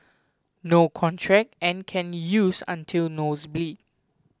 no contract and can use until nose bleed